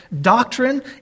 doctrine